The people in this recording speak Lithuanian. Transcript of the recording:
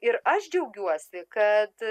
ir aš džiaugiuosi kad